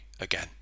again